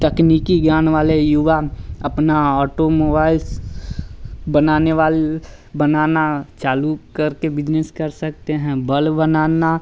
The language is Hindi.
तकनीकी ज्ञान वाले युवा अपना ऑटोमोबाइल्स बनाने वाली बनाना चालू करके बिजनेस कर सकते हैं बल्ब बनाना